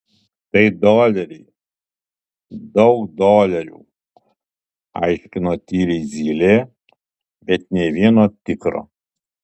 tai doleriai daug dolerių aiškino tyliai zylė bet nė vieno tikro